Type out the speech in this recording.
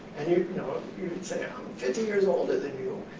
and you know, ah you and say, i'm fifteen years older than you,